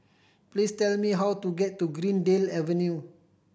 please tell me how to get to Greendale Avenue